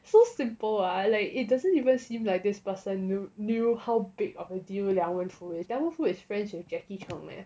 so simple ah like it doesn't even seem like this person knew how big of a deal liang wen fu is liang wen fu is friends with jackie chan leh